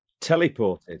teleported